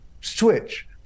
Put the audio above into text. switch